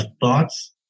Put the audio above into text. thoughts